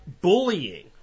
bullying